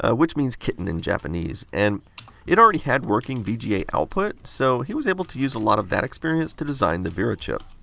ah which means kitten in japanese. and it already had working vga output. so he was able to use a lot of that experience to design the vera chip.